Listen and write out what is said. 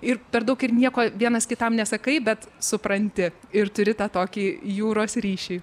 ir per daug ir nieko vienas kitam nesakai bet supranti ir turi tą tokį jūros ryšį